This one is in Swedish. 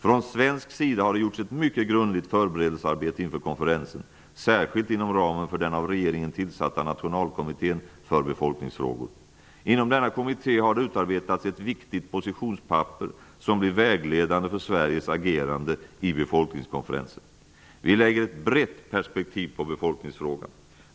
Från svensk sida har det gjorts ett mycket grundligt förberedelsearbete inför konferensen, särskilt inom ramen för den av regeringen tillsatta nationalkommittén för befolkningsfrågor. Inom denna kommitté har det utarbetats ett viktigt positionspapper, som blir vägledande för Sveriges agerande i befolkningskonferensen. Vi lägger ett brett perspektiv på befolkningsfrågan.